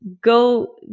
go